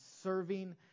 serving